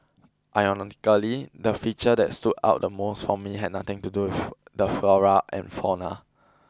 ironically the feature that stood out the most for me had nothing to do with the flora and fauna